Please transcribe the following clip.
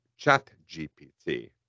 ChatGPT